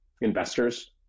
investors